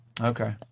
Okay